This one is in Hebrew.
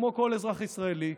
כמו כל אזרח ישראלי,